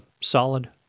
solid